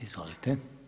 Izvolite.